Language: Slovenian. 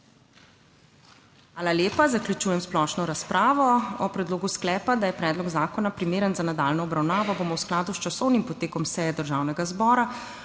Zato zaključujem splošno razpravo. O predlogu sklepa, da je predlog zakona primeren za nadaljnjo obravnavo, bomo v skladu s časovnim potekom seje Državnega zbora